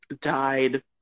died